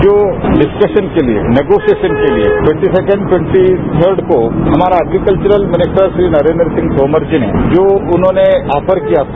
जो डिसकशन के लिए नेगोसिएशन के लिए टवॅटी सैकॅंड टवॅटी धर्ड को हमारा एग्रीकलचरत मिनिस्टर श्री नरेन्द्र सिंह तोमर जी ने जो उन्होंने आफर किया था